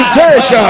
take